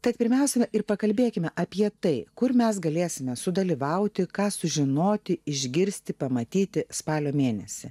tad pirmiausia ir pakalbėkime apie tai kur mes galėsime sudalyvauti ką sužinoti išgirsti pamatyti spalio mėnesį